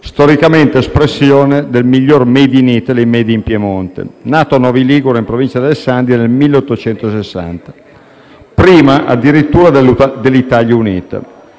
storicamente espressione del migliore *made in Italy* e *made in* Piemonte, nato a Novi Ligure, in provincia di Alessandria, nel 1860, addirittura prima dell'Italia unita.